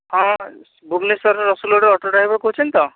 ହଁ ଭୁବନେଶ୍ୱର ରସୁଲଗଡ଼ରୁ auto driver କହୁଛନ୍ତି ତ